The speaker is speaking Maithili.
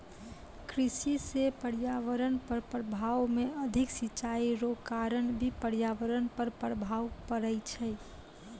कृषि से पर्यावरण पर प्रभाव मे अधिक सिचाई रो कारण भी पर्यावरण पर प्रभाव पड़ै छै